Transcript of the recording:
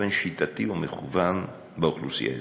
באופן שיטתי ומכוון באוכלוסייה האזרחית.